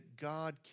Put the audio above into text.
God